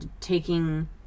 taking